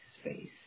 space